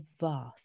vast